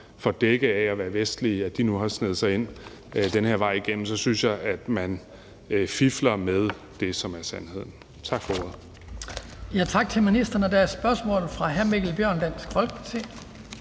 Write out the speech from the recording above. under dække af at være vestlige nu har sneget sig ind den her vej, så synes jeg, at man fifler med det, som er sandheden. Tak for ordet.